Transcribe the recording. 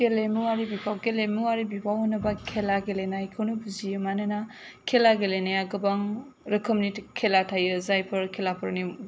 गेलेमुआरि बिफाव गेलेमुआरि बिफाव होनोब्ला खेला गेलेनायखौनो बुजियो मानोना खेला गेलेनाया गोबां रोखोमनि खेला थायो जायफोर खेलाफोरनि